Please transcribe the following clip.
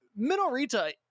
Minorita